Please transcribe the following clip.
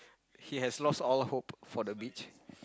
he has lost all hope for the beach